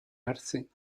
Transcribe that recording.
arce